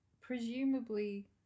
Presumably